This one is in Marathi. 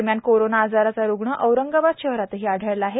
दरम्यान कोरोना आजाराचा रुग्ण औरंगाबाद शहरातही आढळला आहे